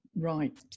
Right